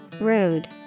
Rude